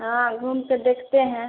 हाँ घूमकर देखते हैं